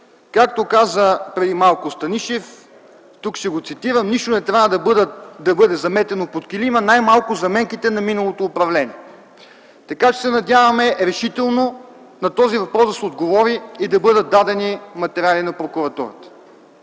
Както каза преди малко Станишев, тук ще го цитирам, нищо не трябва да бъде заметено под килима, най-малко заменките на миналото управление. Така че се надяваме решително на този въпрос да се отговори и да бъдат дадени материали на прокуратурата.